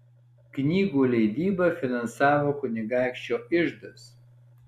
knygų leidybą finansavo kunigaikščio iždas